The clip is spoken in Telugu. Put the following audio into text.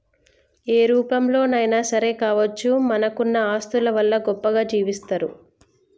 ఏ రూపంలోనైనా సరే కావచ్చు మనకున్న ఆస్తుల వల్ల గొప్పగా జీవిస్తరు